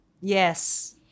Yes